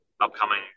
upcoming